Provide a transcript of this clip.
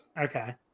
Okay